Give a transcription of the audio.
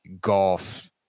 golf